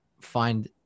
find